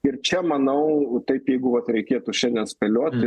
ir čia manau taip jeigu vat reikėtų šiandien spėlioti